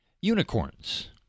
Unicorns